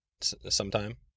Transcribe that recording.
sometime